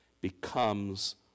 becomes